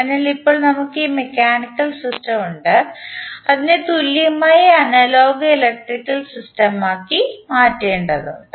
അതിനാൽ ഇപ്പോൾ നമുക്ക് ഈ മെക്കാനിക്കൽ സിസ്റ്റം ഉണ്ട് അതിനെ തുല്യമായ അനലോഗ് ഇലക്ട്രിക്കൽ സിസ്റ്റമാക്കി മാറ്റേണ്ടതുണ്ട്